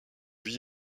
vie